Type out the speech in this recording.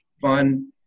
fun